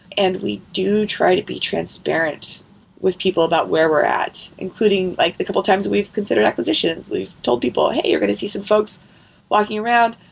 and we do try to be transparent with people about where we're at, including like the couple times that we've considered acquisitions. we've told people, hey, you're going to see some folks walking around.